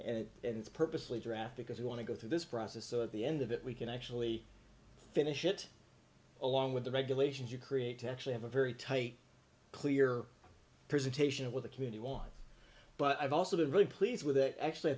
and it's purposely draft because we want to go through this process so at the end of it we can actually finish it along with the regulations you create to actually have a very tight clear presentation of what the committee wants but i've also been really pleased with it actually i